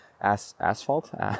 Asphalt